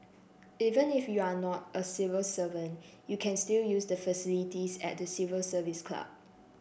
even if you are not a civil servant you can still use the facilities at the Civil Service Club